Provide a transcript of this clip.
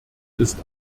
ist